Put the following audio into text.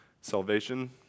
salvation